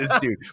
dude